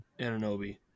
Ananobi